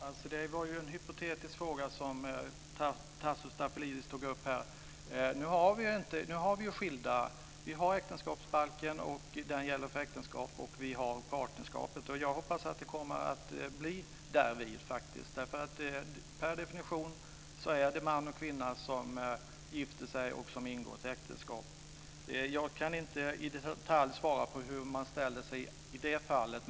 Fru talman! Det var en hypotetisk fråga som Tasso Stafilidis tog upp här. Nu har vi äktenskapsbalken, och den gäller för äktenskap, och vi har partnerskapet. Jag hoppas att det kommer att bli därvid. Per definition är det man och kvinna som gifter sig och ingår äktenskap. Jag kan inte i detalj svara på hur man ställer sig i det fallet.